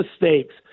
mistakes